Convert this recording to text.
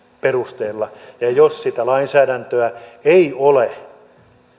perusteella ja ja jos sitä lainsäädäntöä ei ole